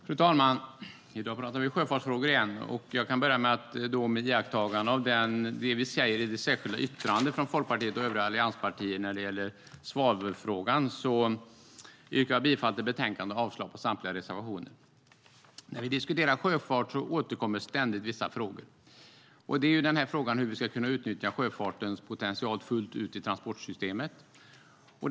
Fru talman! I dag pratar vi sjöfartsfrågor igen, och jag kan börja med att med iakttagande av det vi säger i det särskilda yttrandet från Folkpartiet och övriga allianspartier när det gäller svavelfrågan yrka bifall till förslaget i betänkandet och avslag på samtliga reservationer. När vi diskuterar sjöfart återkommer ständigt vissa frågor. En fråga är hur vi ska kunna utnyttja sjöfartens potential fullt ut i transportsystemet.